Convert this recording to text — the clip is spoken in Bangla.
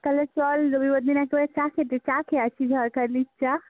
তাহলে চল রবিবার দিন একবারে চা খেতে চা খেয়ে আসি ঝড়খালির চা